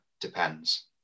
depends